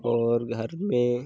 और घर में